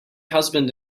husband